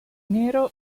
nero